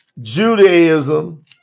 Judaism